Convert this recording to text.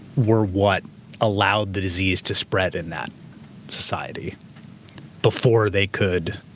were what allowed the disease to spread in that society before they could